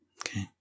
Okay